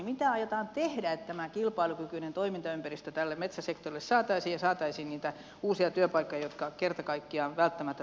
mitä aiotaan tehdä että tämä kilpailukykyinen toimintaympäristö tälle metsäsektorille saataisiin ja saataisiin niitä uusia työpaikkoja jotka kerta kaikkiaan välttämättä tarvitaan